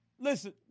Listen